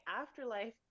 afterlife